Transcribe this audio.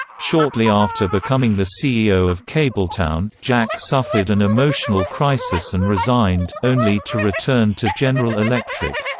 shortly after becoming the ceo of kabletown, jack suffered an emotional crisis and resigned, only to return to general electric.